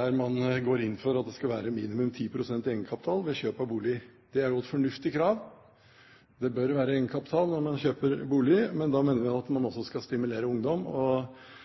at det skal være minimum 10 pst. egenkapital ved kjøp av boliger. Det er jo et fornuftig krav. Det bør være egenkapital når man kjøper bolig, men da mener vi at man også skal stimulere ungdom